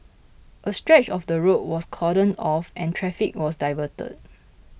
a stretch of the road was cordoned off and traffic was diverted